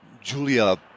Julia